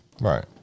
Right